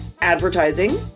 advertising